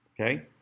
Okay